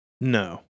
No